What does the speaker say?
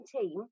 team